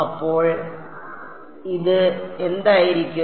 അപ്പോൾ ഇത് എന്തായിരിക്കും